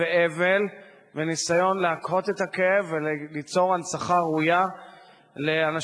ואבל וניסיון להקהות את הכאב וליצור הנצחה ראויה לאנשים